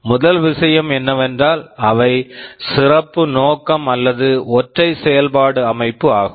முதல் விஷயம் என்னவென்றால் அவை சிறப்பு நோக்கம் அல்லது ஒற்றை செயல்பாடு அமைப்பு ஆகும்